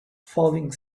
falling